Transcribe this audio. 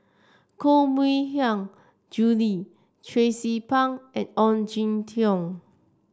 Koh Mui Hiang Julie Tracie Pang and Ong Jin Teong